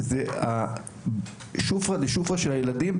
זה השופרא דשופרא של הילדים,